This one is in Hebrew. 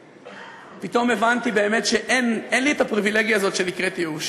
פתאום הבנתי באמת שאין לי את הפריבילגיה הזאת שנקראת ייאוש.